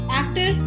actor